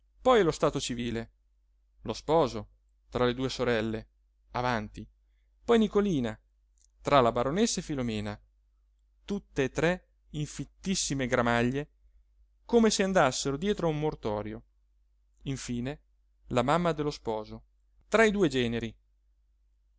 poi allo stato civile lo sposo tra le due sorelle avanti poi nicolina tra la baronessa e filomena tutt'e tre in fittissime gramaglie come se andassero dietro a un mortorio infine la mamma dello sposo tra i due generi